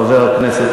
חבר הכנסת ריבלין,